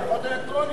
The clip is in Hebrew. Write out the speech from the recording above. זה הצבעות אלקטרוניות.